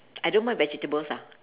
I don't mind vegetables ah